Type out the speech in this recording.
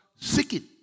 seeking